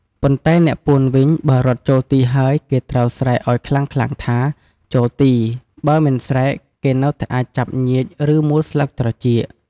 ប៉ុន្តែអ្នកពួនវិញ បើរត់ចូលទីហើយ គេត្រូវស្រែកឱ្យខ្លាំងៗថា "ចូលទី" បើមិនស្រែក គេនៅតែអាចចាប់ញៀច ឬ មួលស្លឹកត្រចៀក។